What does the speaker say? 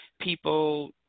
people